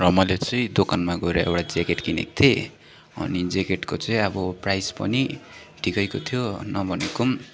र मैले चाहिँ दोकानमा गएर एउटा ज्याकेट किनेको थिएँ अनि ज्याकेटको चाहिँ अब प्राइस पनि ठिकैको थियो नभनेकोम